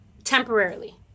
temporarily